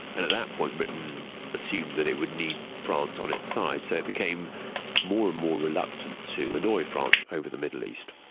and at that point britain assumed that it would need france on its side, so it became more and more reluctant to annoy france over the middle east.